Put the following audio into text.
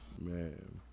Man